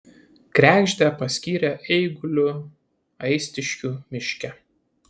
kregždę paskyrė eiguliu aistiškių miške